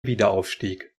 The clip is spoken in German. wiederaufstieg